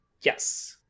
Yes